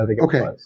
Okay